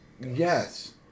Yes